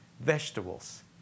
vegetables